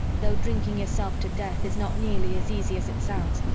though drinking yourself to death is not nearly as easy as it sounds,